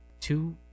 two